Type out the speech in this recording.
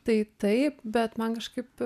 tai taip bet man kažkaip